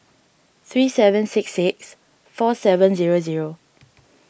three seven six six four seven zero zero